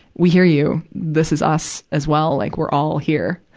we hear you. this is us as well, like, we're all here.